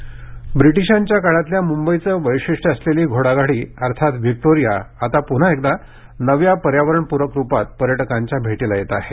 मंबई बग्गी ब्रिटीशांच्या काळातल्या मुंबईचं वैशिष्ट्य असलेली घोडागाडी म्हणजेच व्हिक्टोरिया आता पुन्हा एकदा नव्या पर्यावरणपूरक रुपात पर्यटकांच्या भेटीला येत आहे